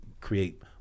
create